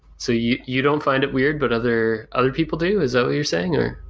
so you you don't find it weird but other other people do, is that what you're saying or?